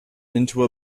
into